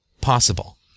possible